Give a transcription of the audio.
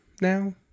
now